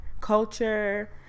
culture